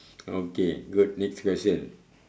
okay good next question